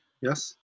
Yes